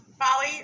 Polly